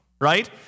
right